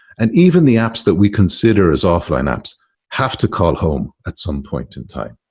and even the apps that we consider as offline apps have to call home at some point in time.